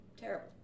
terrible